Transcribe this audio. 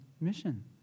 mission